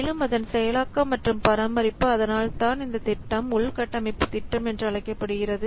மேலும் அதன் செயலாக்கம் மற்றும் பராமரிப்பு அதனால்தான் இந்த திட்டம் உள்கட்டமைப்பு திட்டம் என்று அழைக்கப்படுகிறது